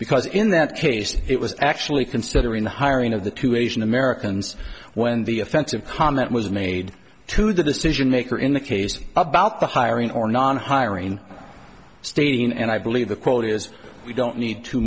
because in that case it was actually considering the hiring of the two asian americans when the offensive comment was made to the decision maker in the case about the hiring or non hiring stating and i believe the quote is we don't need t